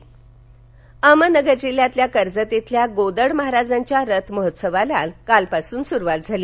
रथ महोत्सव अहमदनगर अहमदनगर जिल्ह्यातल्या कर्जत इथल्या गोदड महाराजांच्या रथ महोत्सवाला कालपासून सुरुवात झाली